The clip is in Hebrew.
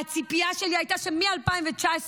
והציפיה שלי הייתה שמ-2019,